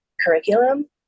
curriculum